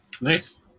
Nice